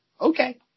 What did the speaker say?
okay